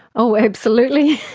oh absolutely.